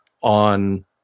on